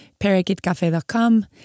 parakeetcafe.com